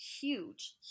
huge